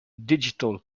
digital